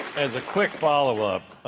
as a quick follow-up,